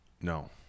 No